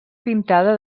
pintada